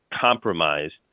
compromised